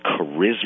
charisma